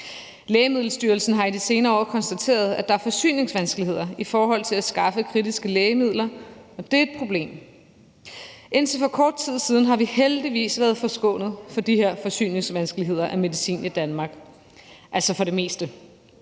Lægemiddelstyrelsen har i de senere år konstateret, at der er forsyningsvanskeligheder i forhold til at skaffe kritiske lægemidler, og det er et problem. Indtil for kort tid siden har vi heldigvis været forskånet for de her forsyningsvanskeligheder af medicin i Danmark, altså for det meste.